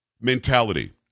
mentality